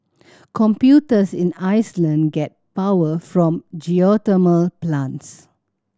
computers in Iceland get power from geothermal plants